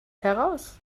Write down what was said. heraus